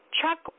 Chuck